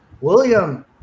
William